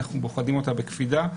אנחנו בוחנים אותה בקפידה.